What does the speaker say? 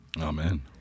Amen